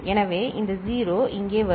எனவே இந்த 0 இங்கே வரும்